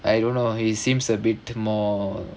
I don't know he seems a bit more